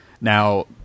Now